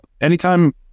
anytime